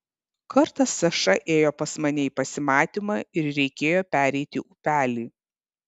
kartą saša ėjo pas mane į pasimatymą ir reikėjo pereiti upelį